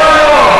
לא,